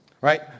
Right